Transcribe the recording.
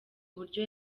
uburyo